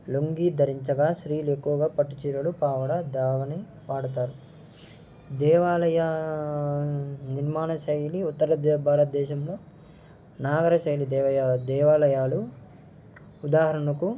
లుంగీ ధరించగా స్త్రీలు ఎక్కువగా పట్టు చీరలు పావడా దావని వాడతారు దేవాలయ నిర్మాణ శైలి ఉత్తర భారతదేశంలో నాగరశైలి దేవాలయాలు ఉదాహరణకు